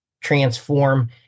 transform